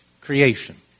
Creation